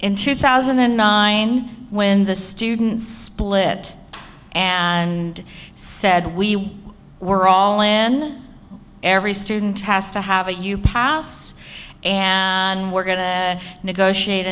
in two thousand and nine when the students blit and said we were all en every student has to have a you pass and we're going to negotiate